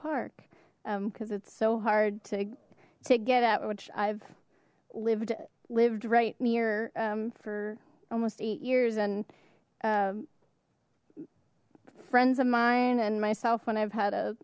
park because it's so hard to to get out which i've lived lived right near for almost eight years and friends of mine and myself when i've